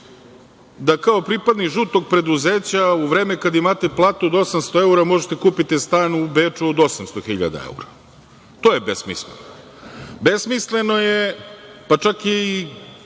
da kao pripadnik žutog preduzeća, u vreme kada imate platu od 800 evra, možete da kupite stan u Beču od 800.000 evra. To je besmisleno. Besmisleno je, pa čak je